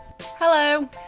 Hello